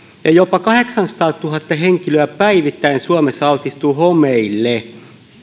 ja jopa kahdeksansataatuhatta henkilöä päivittäin suomessa altistuu homeille